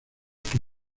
que